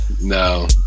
no